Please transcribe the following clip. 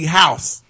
house